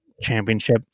championship